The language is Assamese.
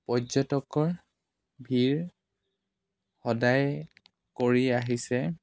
পৰ্যটকৰ ভিৰ সদায় কৰি আহিছে